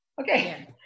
okay